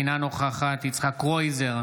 אינה נוכחת יצחק קרויזר,